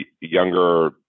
younger